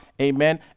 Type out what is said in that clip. Amen